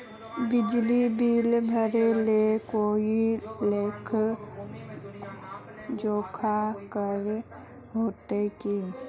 बिजली बिल भरे ले कोई लेखा जोखा करे होते की?